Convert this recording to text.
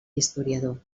historiador